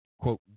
quote